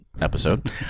episode